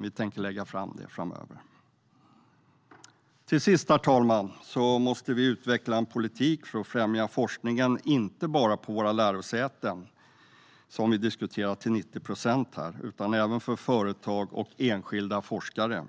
Vi tänker lägga fram det framöver. Till sist, herr talman, måste vi utveckla en politik för att främja forskningen, inte bara på våra lärosäten - som vi har diskuterat till 90 procent här i kammaren - utan även för företag och enskilda forskare.